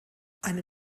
eine